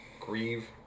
grieve